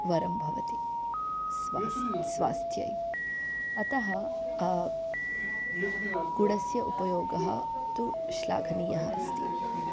वरं भवति स्वस् स्वास्थ्यै अतः गुडस्य उपयोगः तु श्लाघनीयः अस्ति